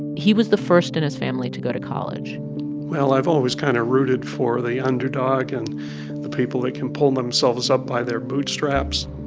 he was the first in his family to go to college well, i've always kind of rooted for the underdog and the people that can pull themselves up by their bootstraps.